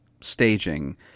staging